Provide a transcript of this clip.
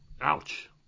Ouch